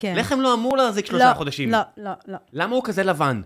לחם לא אמור להחזיק שלושה חודשים. לא, לא, לא. למה הוא כזה לבן?